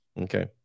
Okay